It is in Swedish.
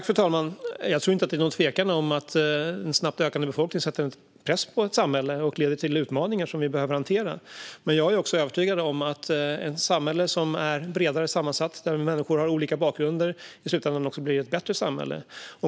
Fru talman! Jag tror inte att det råder något tvivel om att en snabbt ökande befolkning sätter press på ett samhälle och leder till utmaningar som vi behöver hantera. Men jag är också övertygad om att ett samhälle som är bredare sammansatt och där människor har olika bakgrund i slutändan också blir ett bättre samhälle.